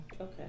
okay